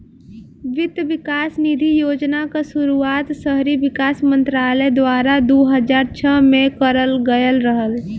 वित्त विकास निधि योजना क शुरुआत शहरी विकास मंत्रालय द्वारा दू हज़ार छह में करल गयल रहल